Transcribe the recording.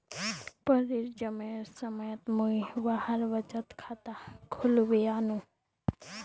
परीर जन्मेर समयत मुई वहार बचत खाता खुलवैयानु